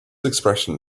expression